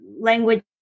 language